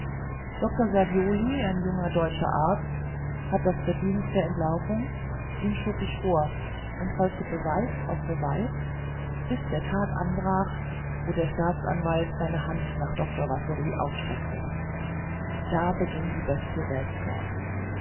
dr savioli ein junger deutscher arzt hat das verdienst der entlarvung ihn schob ich vor und häufte beweis auf beweis bis der tag anbrach wo der staatsanwalt seine hand nach dr wassory ausstreckte da beging die bestie selbstmord